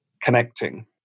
connecting